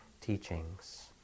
teachings